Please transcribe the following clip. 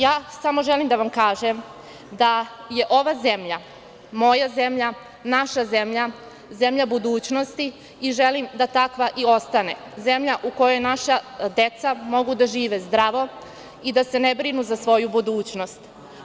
Ja samo želim da vam kažem da je ova zemlja moja zemlja, naša zemlja, zemlja budućnosti i želim da takva i ostane, zemlja u kojoj naša deca mogu da žive zdravo i da se ne brinu za svoju budućnost.